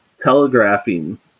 telegraphing